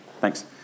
Thanks